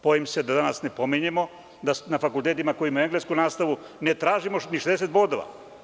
Bojim se da danas ne pominjemo da na fakultetima koji imaju englesku nastavu ne tražimo ni 60 bodova.